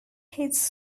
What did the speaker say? his